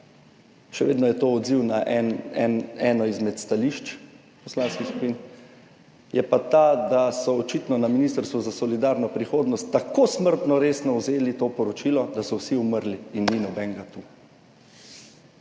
še vedno odziv na eno izmed stališč poslanskih skupin, da so očitno na Ministrstvu za solidarno prihodnost tako smrtno resno vzeli to poročilo, da so vsi umrli in ni nobenega tu.